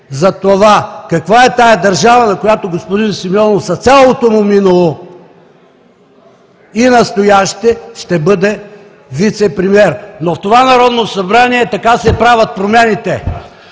за това: каква е тази държава, на която господин Симеонов, с цялото му минало и настояще, ще бъде заместник-председател? В това Народно събрание така се правят промените